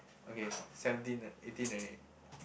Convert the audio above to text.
okay seventeen uh eighteen already